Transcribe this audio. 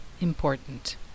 important